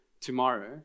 tomorrow